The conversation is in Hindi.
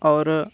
और